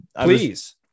Please